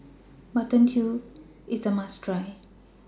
Mutton Stew IS A must Try